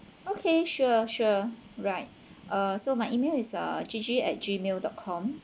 okay sure sure right uh so my E mail is uh G G at G mail dot com